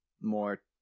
more